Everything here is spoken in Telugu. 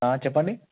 చెప్పండి